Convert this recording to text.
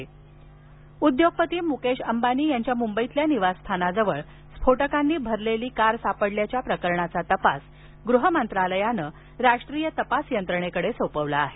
मकेश अंबानी उद्योपती मुकेश अंबानी यांच्या मुंबईतल्या निवासस्थानाजवळ स्फोटकांनी भरलेली कार सापडल्याच्या प्रकरणाचा तपास गृह मंत्रालयानं राष्ट्रीय तपास यंत्रणेकडे सोपवला आहे